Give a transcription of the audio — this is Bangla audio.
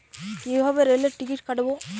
কিভাবে রেলের টিকিট কাটব?